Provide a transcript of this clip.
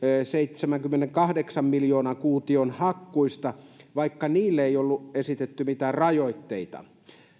seitsemänkymmenenkahdeksan miljoonan kuution hakkuista vaikka niille ei ollut esitetty mitään rajoitteita